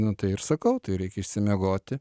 nu tai ir sakau tai reikia išsimiegoti